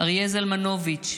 אריה זלמנוביץ',